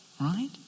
right